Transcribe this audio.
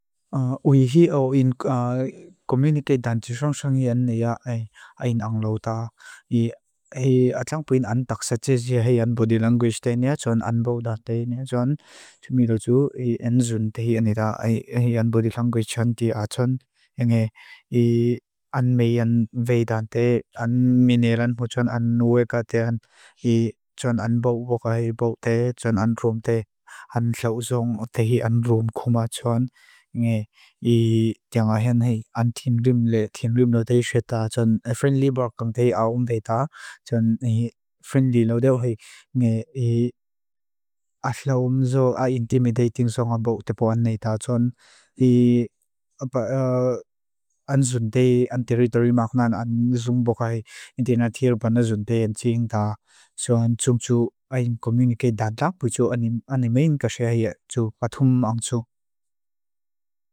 Úihí áwéin komúniké dan tisróng sángí án ái áin áng lóutá. Í átláng puin án taksaté siahé án bodilanguish téni á, tsón án bóu dá téni á, tsón tímilótsú í án zúntéhi áni dá ái án bodilanguish tsántí átón. Í án méi án veitante, án míneirán mú tsón án ué katean, í tsón án bóu bókaé bóuté, tsón án rúmté, án lóuzóng otéhi án rúm kúma tsón, ngué í tianga hén hí, án tín rúm lé, tín rúm lóutéhi xétá, tsón é friendly bó kantei áwúm tétá, tsón é friendly lóutého hí, ngué í átláwúm zóu ái intimidating sánghá bóutépo án nétá, tsón í án zúntéhi, án territory mák nán, án zúng bó kái indénatíl bá ná zúntéhi án tsíng tá, tsón tsúngtsú áin communicate dadák búitsú áni méin kaxé áyá, tsú báthúm áng tsú.